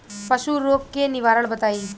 पशु रोग के निवारण बताई?